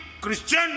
Christian